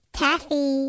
taffy